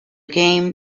game